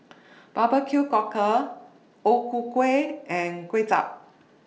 Barbecued Cockle O Ku Kueh and Kuay Chap